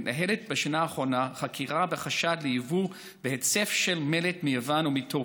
מתנהלת בשנה האחרונה חקירה בחשד ליבוא בהיצף של מלט מיוון ומטורקיה.